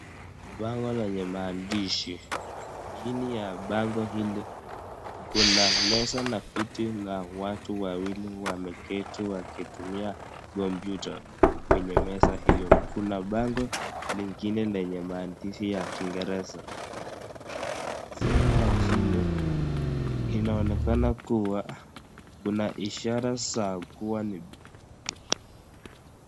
Bango lenye maandishi. Chini ya bango hilo kuna meza na viti na watu wawili wameketi wakitumia computer kwenye meza hiyo. Kuna bango lingine lenye maandishi ya kingereza. Sehemu ya chini inaonekana kuwa kuna ishara za...